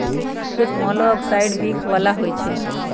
कुछ मोलॉक्साइड्स विख बला होइ छइ